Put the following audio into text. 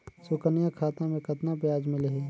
सुकन्या खाता मे कतना ब्याज मिलही?